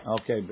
Okay